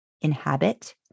inhabit